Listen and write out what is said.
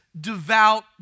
devout